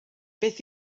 beth